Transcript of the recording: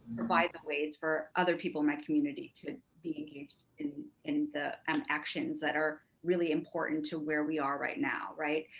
provide them ways for other people in my community to be engaged in in the um actions that are really important to where we are right now, right?